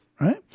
right